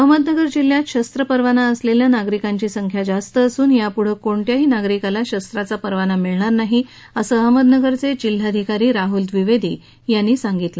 अहमदनगर जिल्ह्यात शरत्र परवाना असलेल्या नागरिकांची संख्या जास्त असून यापुढं कोणत्याही नागरिकाला शस्त्राचा परवाना मिळणार नाही असं अहमदनगरचे जिल्हाधिकारी राह्ल द्विवेदी यांनी सांगितलं